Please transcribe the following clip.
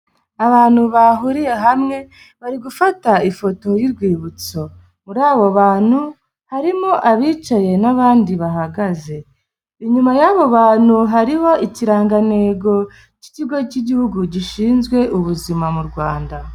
Abantu bahuriye hamwe bari gufata ifoto y'urwibutso, muri abo bantu harimo abicaye n'abandi bahagaze, inyuma y'abo bantu hariho ikirangantego cy'ikigo cy'igihugu gishinzwe ubuzima mu Rwanda.